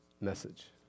message